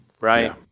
right